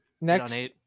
Next